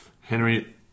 Henry